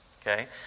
okay